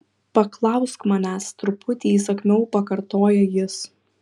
paklausk manęs truputį įsakmiau pakartoja jis